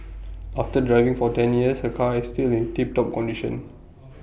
after driving for ten years her car is still in tip top condition